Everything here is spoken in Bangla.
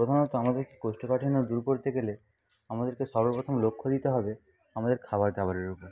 প্রধানত আমাদের কোষ্ঠকাঠিন্য দূর করতে গেলে আমাদেরকে সর্বপ্রথম লক্ষ্য দিতে হবে আমাদের খাবার দাবারের উপর